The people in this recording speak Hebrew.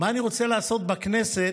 לעשות בכנסת,